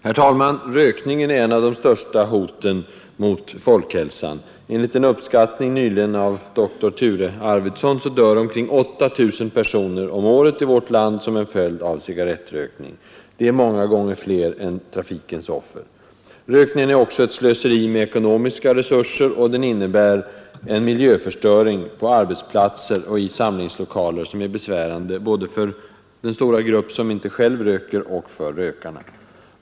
Herr talman! Rökningen är ett av de största hoten mot folkhälsan. Enligt en uppskattning nyligen av doktor Ture Arvidsson dör omkring 8 000 personer om året i vårt land som en följd av cigarrettrökning. Det är många gånger fler än trafikens offer. Rökningen är också ett slöseri med ekonomiska resurser och innebär en miljö störing på arbetsplatser och i samlingslokaler som är besvärande både för den stora grupp som inte röker och för rökarna själva.